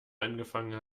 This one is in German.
angefangen